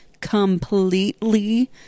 completely